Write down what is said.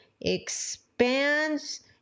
expands